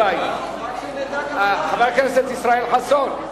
חבר הכנסת ישראל חסון,